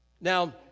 Now